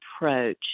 approach